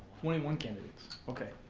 twenty one candidates. okay.